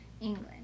England